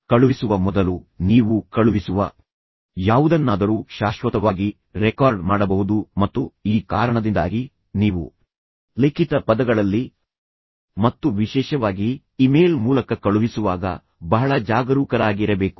ಕಳುಹಿಸುವ ಮೊದಲು ನೀವು ಕಳುಹಿಸುವ ಯಾವುದನ್ನಾದರೂ ಶಾಶ್ವತವಾಗಿ ರೆಕಾರ್ಡ್ ಮಾಡಬಹುದು ಮತ್ತು ಈ ಕಾರಣದಿಂದಾಗಿ ನೀವು ಲಿಖಿತ ಪದಗಳಲ್ಲಿ ಮತ್ತು ವಿಶೇಷವಾಗಿ ಇಮೇಲ್ ಮೂಲಕ ಕಳುಹಿಸುವಾಗ ಬಹಳ ಜಾಗರೂಕರಾಗಿರಬೇಕು